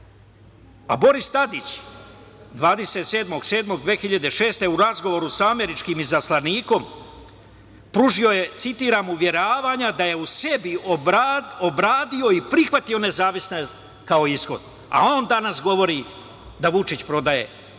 zemlje. Boris Tadić, 27. jula 2006. godine u razgovoru sa američkim izaslanikom pružio je, citiram, "uveravanja da je u sebi obradio i prihvatio nezavisnost kao ishod", a on danas govori da Vučić prodaje